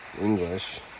English